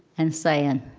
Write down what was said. and saying,